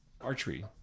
archery